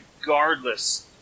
regardless